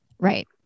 Right